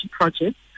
projects